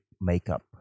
makeup